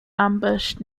ambushed